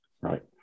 right